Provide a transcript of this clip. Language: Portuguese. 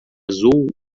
azul